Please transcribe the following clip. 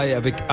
avec